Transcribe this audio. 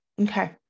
Okay